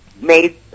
made